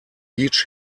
each